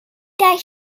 that